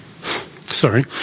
Sorry